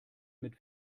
mit